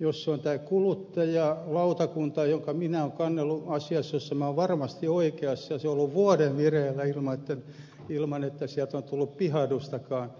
jos se on tämä kuluttajalautakunta johonka minä olen kannellut asiassa jossa minä olen varmasti oikeassa ja se on ollut vuoden vireillä ilman että sieltä on tullut pihahdustakaan